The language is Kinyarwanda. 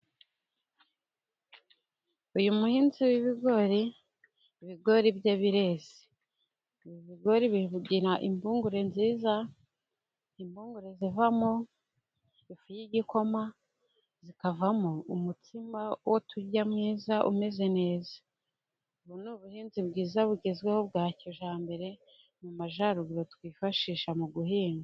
Uyu muhinzi w'ibigori, ibigori bye birereze. Ibigori bigira impungure nziza. Impungure zivamo ifu y'igikoma, zikavamo umutsima wo kurya mwiza umeze neza. Ubu ni ubuhinzi bwiza bugezweho bwa kijyambere, mu majyaruguru twifashisha mu guhinga.